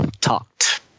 talked